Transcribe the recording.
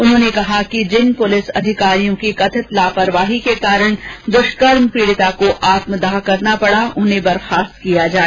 उन्होंने कहा कि जिन पुलिस अधिकारियों की कथित लापरवाही के कारण दुष्कर्म पीड़िता को आत्मदाह करना पड़ा उन्हें बर्खोस्त किया जाए